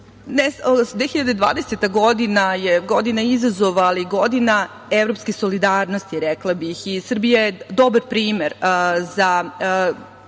2020. je godina izazova, ali i godina evropske solidarnosti, rekla bih. Srbija je dobar primer za